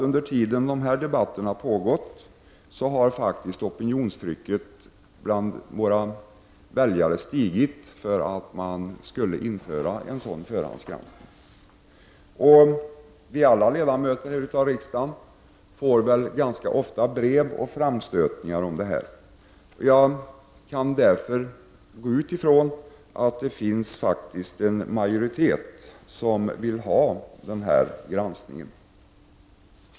Under tiden som debatten har pågått, har opinionstrycket från våra väljare stigit för att en sådan förhandsgranskning bör införas. Alla vi ledamöter av riksdagen får ganska ofta brev och framstötningar om detta. Jag kan därför utgå ifrån att det finns en majoritet som vill ha en förhandsgranskning.